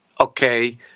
okay